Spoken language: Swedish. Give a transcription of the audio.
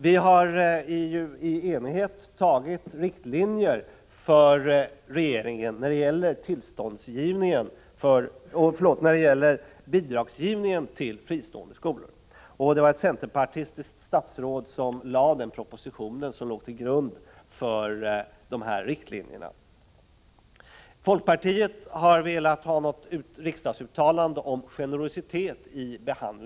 Vi har ju i enighet beslutat om riktlinjerna för regeringen beträffande bidragsgivningen till fristående skolor. Det var ett centerpartistiskt statsråd som lade fram den proposition som låg till grund för riktlinjerna. Folkpartiet har velat ha ett riksdagsuttalande om generositet vid behand = Prot.